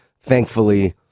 thankfully